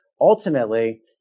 ultimately